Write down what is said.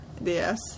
Yes